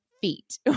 feet